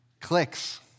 Clicks